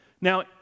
Now